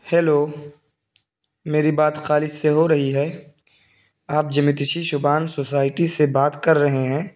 hello میری بات خالد سے ہو رہی ہے آپ جمیتشی شبان سوسائٹی سے بات کر رہے ہیں